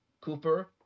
Cooper